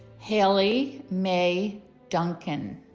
hailey mae dunkin